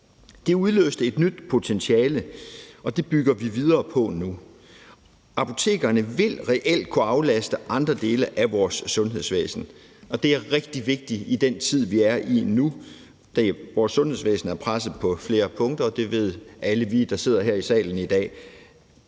Det udløste et nyt potentiale, og det bygger vi videre på nu. Apotekerne vil reelt kunne aflaste andre dele af vores sundhedsvæsen, og det er rigtig vigtigt i den tid, vi er i nu, da vores sundhedsvæsen er presset på flere punkter. Det ved alle vi, der sidder her i salen i dag,